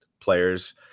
players